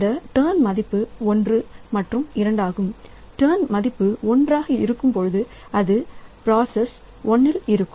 இந்த டர்ன் மதிப்பு ஒன்று மற்றும் இரண்டாகும் டர்ன் மதிப்பு ஒன்றாக இருக்கும்பொழுது அது முதல் பிராஸ்ஸில் இருக்கும்